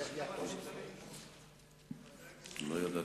לא ידעתי.